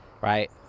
Right